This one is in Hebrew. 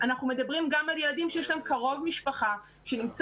אנחנו מדברים גם על ילדים שיש להם קרוב משפחה שנמצא